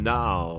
now